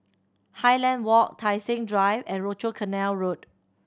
Highland Walk Tai Seng Drive and Rochor Canal Road